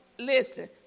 Listen